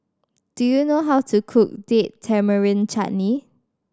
do you know how to cook Date Tamarind Chutney